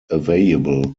available